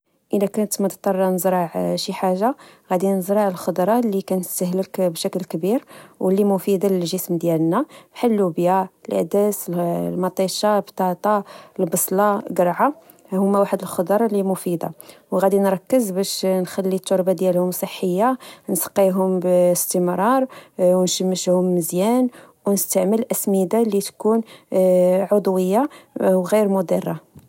اذا كنت مضطرا لزرع شي حاجة غادي نزرع الخضرة اللي كانستهلك بشكل كبير واللي مفيده للجسم ديالنا بحال اللوبيا. العدس ماطيشة، البطاطا البصله كرعه هوما واحد الخضار اللي مفيده وغادي نركز باش نخلي التربة ديالهم صحيه نسقيهم باستمرار ونشمشهم مزيان ونستعمل الاسمدة اللي تكون عضويه وغير مضره